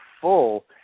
full